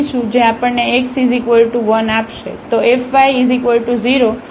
તો fy0 તેથી આપણી પાસે y 0 છે